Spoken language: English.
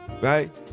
right